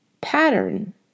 pattern